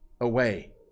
away